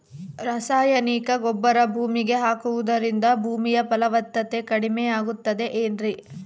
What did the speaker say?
ರಾಸಾಯನಿಕ ಗೊಬ್ಬರ ಭೂಮಿಗೆ ಹಾಕುವುದರಿಂದ ಭೂಮಿಯ ಫಲವತ್ತತೆ ಕಡಿಮೆಯಾಗುತ್ತದೆ ಏನ್ರಿ?